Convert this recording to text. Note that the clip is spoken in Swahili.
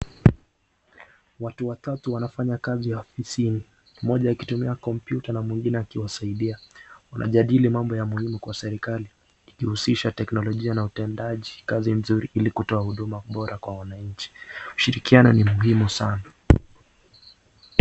Watu watatu wanafanya kazi ofisini , mmoja akitumia kompyuta na mwingine akisaidia. Wana jailing mambo muhimu wa serikali ikihusisha teknolojia na utendaji kazi mzuri ili kutoa huduma bora kwa wananchi, ushirikiano ni muhimu sana.